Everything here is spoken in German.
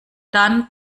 dann